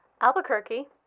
Albuquerque